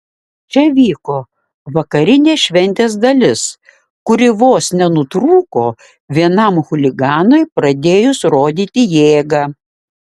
čia vyko vakarinė šventės dalis kuri vos nenutrūko vienam chuliganui pradėjus rodyti jėgą